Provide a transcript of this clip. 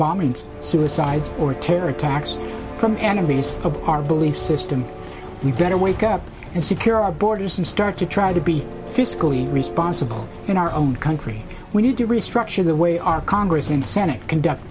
bombings suicides or terror attacks from enemies of our belief system we better wake up and secure our borders and start to try to be fiscally responsible in our own country we need to restructure the way our congress and senate conduct